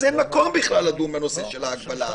אז אין מקום בכלל לדון בנושא של ההגבלה הזאת.